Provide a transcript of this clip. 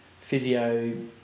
physio